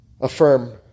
affirm